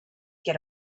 get